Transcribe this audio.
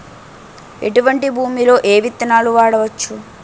ఎటువంటి భూమిలో ఏ విత్తనాలు వాడవచ్చు?